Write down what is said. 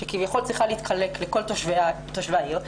שצריכה להתחלק לכל תושבי העיר,